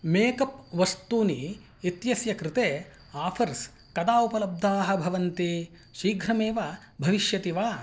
makeup वस्तूनि इत्यस्य कृते आफ़र्स् कदा उपलब्धाः भवन्ति शीघ्रमेव भविष्यति वा